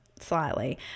slightly